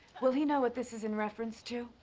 will he know what this is in reference to?